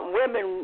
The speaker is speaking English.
women